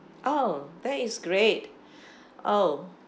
oh that is great oh